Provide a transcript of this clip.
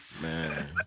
Man